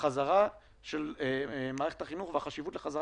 בחזרה של מערכת החינוך והחשיבות בחזרה